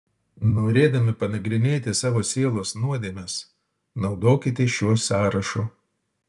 norėdami panagrinėti savo sielos nuodėmes naudokitės šiuo sąrašu